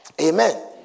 Amen